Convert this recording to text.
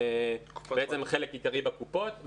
זה בעצם חלק עיקרי בקופות.